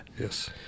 Yes